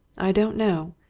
i don't know.